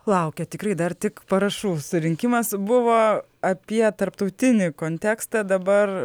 laukia tikrai dar tik parašų surinkimas buvo apie tarptautinį kontekstą dabar